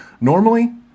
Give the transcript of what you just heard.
Normally